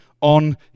on